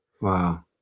Wow